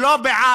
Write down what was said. אני לא בעד